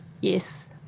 Yes